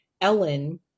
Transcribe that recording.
Ellen